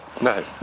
no